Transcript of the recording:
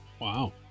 Wow